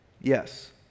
Yes